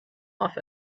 off